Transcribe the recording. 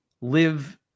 live